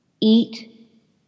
eat